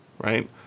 right